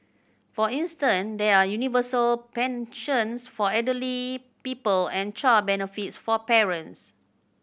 for instance there are universal pensions for elderly people and child benefits for parents